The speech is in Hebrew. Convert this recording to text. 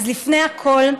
אז לפני הכול,